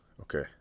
Okay